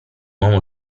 uomo